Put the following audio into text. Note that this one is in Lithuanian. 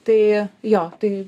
tai jo tai